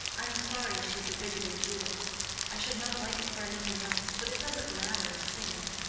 i'm sorry she's a bigoted jewess i should not like it for anything else, but it doesn't matter in singing.